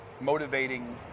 motivating